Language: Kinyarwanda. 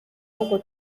ahubwo